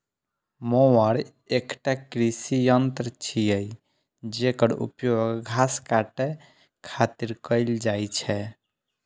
mower एकटा कृषि यंत्र छियै, जेकर उपयोग घास काटै खातिर कैल जाइ छै